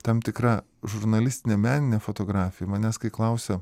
tam tikra žurnalistinė meninė fotografija manęs kai klausia